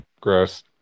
Gross